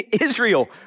Israel